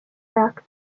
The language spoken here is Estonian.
ajaks